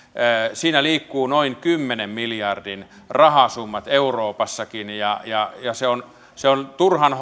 siinä liikkuvat noin kymmenen miljardin rahasummat euroopassakin ja ja se on se on turhan